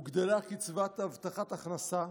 הוגדלה קצבת הבטחת הכנסה,